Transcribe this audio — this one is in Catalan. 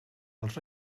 els